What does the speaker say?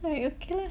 like okay lah